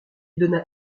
donna